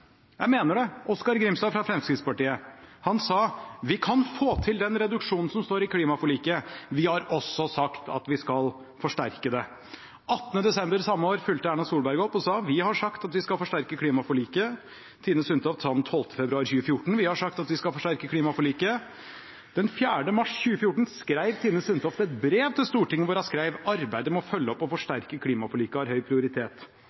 Jeg mener det: Oskar Grimstad fra Fremskrittspartiet sa at «vi kan få den reduksjonen som står i klimaforliket. Vi har også sagt at vi skal forsterke det». Den 18. desember samme år fulgte Erna Solberg opp og sa at vi har sagt at «vi skal forsterke klimaforliket». Tine Sundtoft sa den 12. februar 2014 at «vi har sagt at vi skal forsterke klimaforliket». Den 4. mars 2014 skrev Tine Sundtoft i et brev til Stortinget: «Arbeidet med å følge opp og forsterke klimaforliket har høy prioritet.»